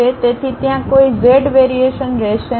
તેથી ત્યાં કોઈ z વેરીએશન રહેશે નહીં